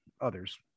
others